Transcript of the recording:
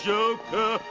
Joker